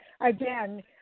again